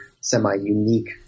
semi-unique